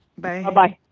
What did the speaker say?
bye. ah bye